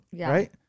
Right